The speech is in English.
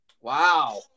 Wow